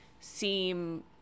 seem